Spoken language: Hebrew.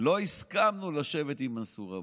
לא הסכמנו לשבת עם מנסור עבאס,